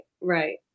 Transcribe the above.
right